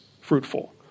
fruitful